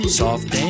soft